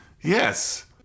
Yes